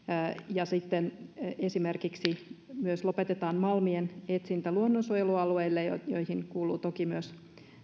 ja sitten esimerkiksi myös lopetetaan malmien etsintä luonnonsuojelualueilla joihin kuuluvat toki